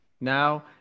Now